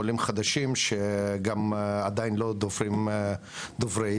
עולים חדשים שגם עדיין לא דוברי עברית,